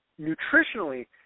nutritionally